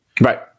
Right